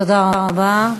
תודה רבה.